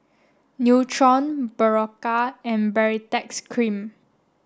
Nutren Berocca and Baritex Cream